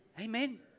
Amen